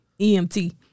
EMT